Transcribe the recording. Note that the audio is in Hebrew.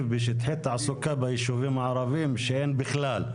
בשטחי תעסוקה ביישובים הערביים שאין בכלל.